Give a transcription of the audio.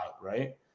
right